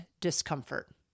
discomfort